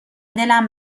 دلم